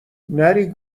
نری